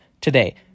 today